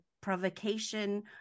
provocation